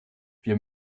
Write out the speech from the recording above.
wir